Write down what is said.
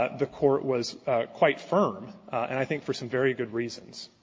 the court was quite firm, and i think for some very good reasons.